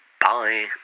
Bye